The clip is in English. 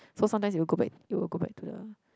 so sometimes it will go back it will go back to the